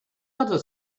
other